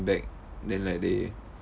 back then like they